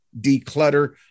declutter